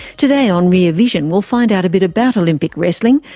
today on rear vision we'll find out a bit about olympic wrestling,